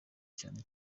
cyane